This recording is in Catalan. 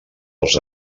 als